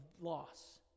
loss